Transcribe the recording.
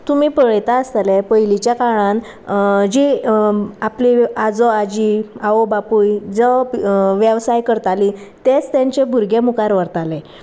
तुमी पळयता आसतले पयलींच्या काळान जी आपली आजो आजी आवय बापूय जो वेवसाय करताली तेंच तेंचे भुरगे मुखार व्हरताले